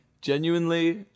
Genuinely